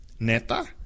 neta